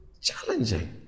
challenging